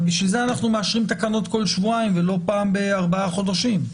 בשביל זה אנחנו מאשרים תקנות כל שבועיים ולא פעם בארבעה חודשים,